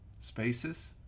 spaces